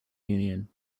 union